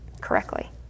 correctly